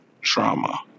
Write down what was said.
trauma